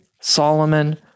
Solomon